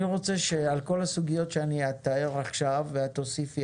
אני רוצה שעל כל הסוגיות שאת אתאר עכשיו ואת תוסיפי,